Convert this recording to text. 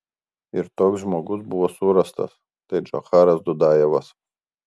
ir toks žmogus buvo surastas tai džocharas dudajevas